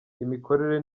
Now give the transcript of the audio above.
imikorere